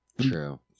true